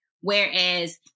Whereas